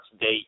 date